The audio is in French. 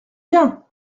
bien